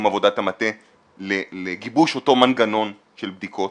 עבודת המטה לגיבוש אותו מנגנון של בדיקות,